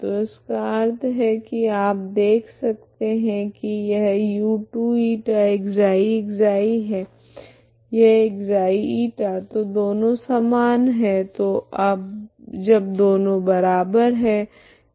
तो इसका अर्थ है की आप देख सकते है की यह u2ηξ ξ है यह ξη तो दोनों समान है तो जब दोनों बराबर है यह भी 0 है